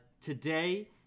Today